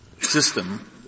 system